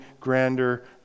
grander